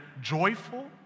joyful